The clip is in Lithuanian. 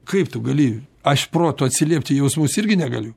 kaip tu gali aš protu atsiliepti į jausmus irgi negaliu